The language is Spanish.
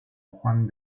juan